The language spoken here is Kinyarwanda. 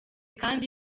kandi